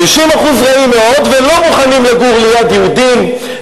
50% רעים מאוד ולא מוכנים לגור ליד יהודים,